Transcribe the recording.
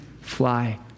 fly